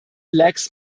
lacks